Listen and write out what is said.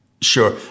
sure